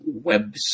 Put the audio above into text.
website